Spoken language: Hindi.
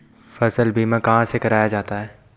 फसल बीमा कहाँ से कराया जाता है?